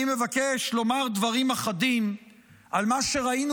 אני מבקש לומר דברים אחדים על מה שראינו